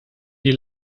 die